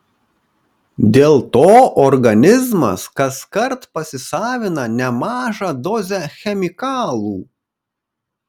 dėl to organizmas kaskart pasisavina nemažą dozę chemikalų